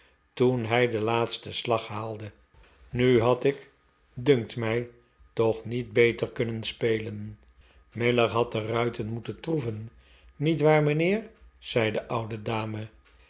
ferwijl hij die boer en vrouw krijgt verliest nu had ik dunkt mij toch niet beter kunnen spelen miller had de ruiten moeten troeven niet waar mijnheer zei de oude dame